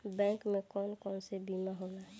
Bank में कौन कौन से बीमा होला?